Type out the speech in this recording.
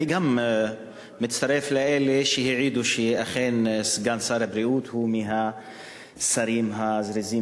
אני מצטרף לאלה שהעידו שאכן סגן שר הבריאות הוא מהשרים הזריזים